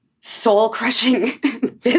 soul-crushing